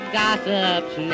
gossip's